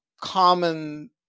common